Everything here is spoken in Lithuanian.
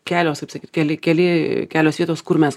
kelios kaip sakyt keli keli kelios vietos kur mes